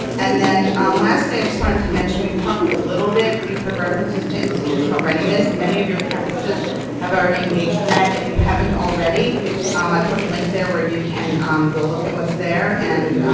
and then um lastly, i just wanted to mention we've talked a little bit, you've heard references to institutional readiness, many of your campuses have already engaged in that, if you haven't already um i put a link there where you can go look at what's there and